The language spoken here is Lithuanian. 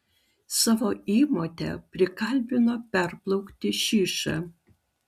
savo įmotę prikalbino perplaukti šyšą